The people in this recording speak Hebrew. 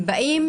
הם באים